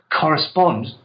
correspond